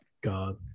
God